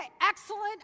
excellent